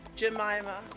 Jemima